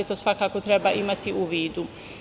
To svakako treba imati u vidu.